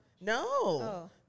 No